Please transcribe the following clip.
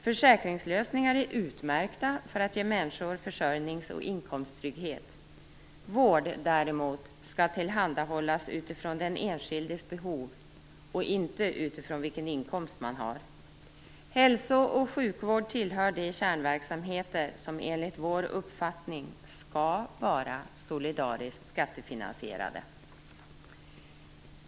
Försäkringslösningar är utmärkta för att ge människor försörjningsoch inkomsttrygghet. Vård däremot skall tillhandahållas utifrån den enskildes behov och inte utifrån vilken inkomst man har. Hälso och sjukvård tillhör de kärnverksamheter som enligt vår uppfattning skall vara solidariskt skattefinansierade.